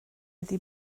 iddi